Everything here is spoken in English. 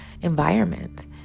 environment